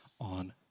on